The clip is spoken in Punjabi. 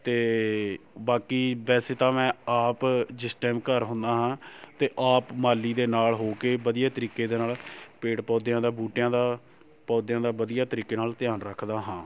ਅਤੇ ਬਾਕੀ ਵੈਸੇ ਤਾਂ ਮੈਂ ਆਪ ਜਿਸ ਟਾਈਮ ਘਰ ਹੁੰਦਾ ਹਾਂ ਅਤੇ ਆਪ ਮਾਲੀ ਦੇ ਨਾਲ਼ ਹੋ ਕੇ ਵਧੀਆ ਤਰੀਕੇ ਦੇ ਨਾਲ਼ ਪੇੜ ਪੌਦਿਆਂ ਦਾ ਬੂਟਿਆਂ ਦਾ ਪੌਦਿਆਂ ਦਾ ਵਧੀਆ ਤਰੀਕੇ ਨਾਲ਼ ਧਿਆਨ ਰੱਖਦਾ ਹਾਂ